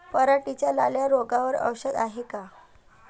पराटीच्या लाल्या रोगावर औषध हाये का?